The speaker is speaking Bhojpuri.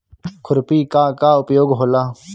खुरपी का का उपयोग होला?